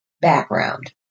background